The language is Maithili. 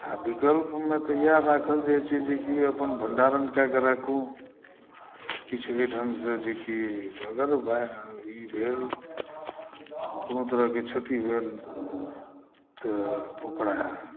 विकल्पमे तऽ इएह राखल जाइत छै जे कि अपन भण्डारण कए कऽ राखू किछु एहि ढङ्गसँ जे कि अगर बारिश भेल कोनो तरहके क्षति भेल तऽ ओकरा